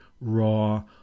raw